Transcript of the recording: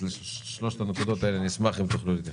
אז לשלוש הנקודות האלה אני אשמח אם תוכלו להתייחס.